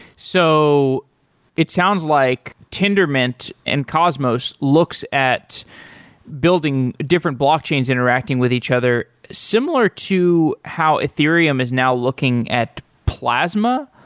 so it sounds like tendermint and cosmos looks at building different blockchains interacting with each other similar to how ethereum is now looking at plasma,